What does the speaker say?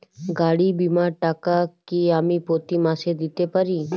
গাড়ী বীমার টাকা কি আমি প্রতি মাসে দিতে পারি?